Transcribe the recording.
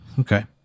okay